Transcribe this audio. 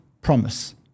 promise